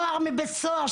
נוער מבית הסוהר,